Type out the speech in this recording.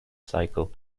cycle